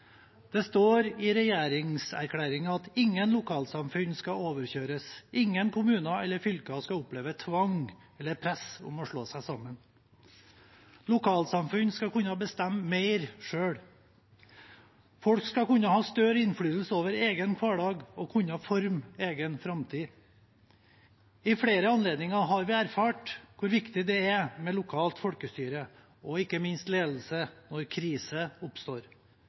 Det står i regjeringserklæringen at ingen lokalsamfunn skal overkjøres, ingen kommuner eller fylker skal oppleve tvang eller press om å slå seg sammen. Lokalsamfunn skal kunne bestemme mer selv. Folk skal kunne ha større innflytelse over egen hverdag og kunne forme egen framtid. Ved flere anledninger har vi erfart hvor viktig det er med lokalt folkestyre og ikke minst ledelse når kriser oppstår.